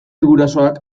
gurasoak